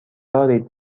دارید